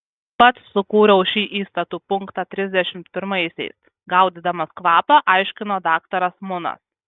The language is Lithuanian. pats sukūriau šį įstatų punktą trisdešimt pirmaisiais gaudydamas kvapą aiškino daktaras munas